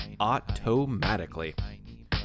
automatically